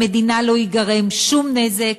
למדינה לא ייגרם שום נזק,